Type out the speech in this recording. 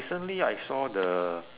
recently I saw the